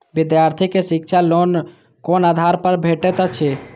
विधार्थी के शिक्षा लोन कोन आधार पर भेटेत अछि?